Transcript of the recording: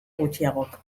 gutxiagok